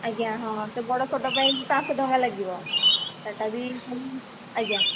ଆଜ୍ଞା ହଁ ସେ ବଡ଼ ଫଟୋ ପାଇଁ ପାଞ୍ଚଶହ ଟଙ୍କା ଲାଗିବ ସେଟା ବି ସେଇ ଆଜ୍ଞା